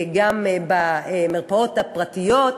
גם במרפאות הפרטיות,